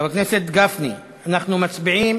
חבר הכנסת גפני, אנחנו מצביעים